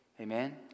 Amen